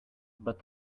but